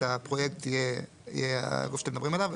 הפרויקט יהיה הגוף שאתם מדברים עליו,